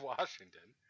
Washington